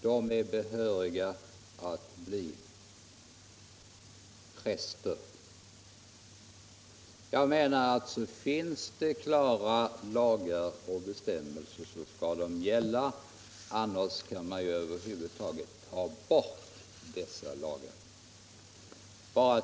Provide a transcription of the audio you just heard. De är behöriga att bli präster. Jag menar att finns det klara lagar och bestämmelser skall de också gälla. Annars skall man ta bort dessa lagar över huvud taget.